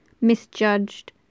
misjudged